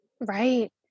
Right